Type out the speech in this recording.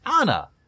Anna